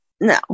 No